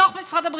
בתוך משרד הבריאות,